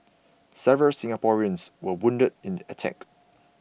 several Singaporeans were wounded in the attack